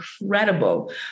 incredible